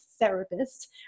therapist